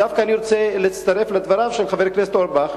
אני דווקא רוצה להצטרף לדבריו של חבר הכנסת אורבך,